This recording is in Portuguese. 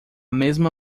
mesma